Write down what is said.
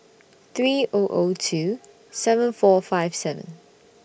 three O O two seven four five seven